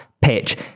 pitch